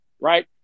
right